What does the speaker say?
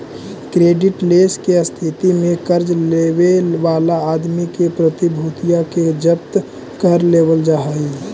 creditless के स्थिति में कर्ज लेवे वाला आदमी के प्रतिभूतिया के जब्त कर लेवल जा हई